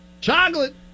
Chocolate